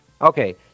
Okay